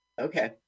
Okay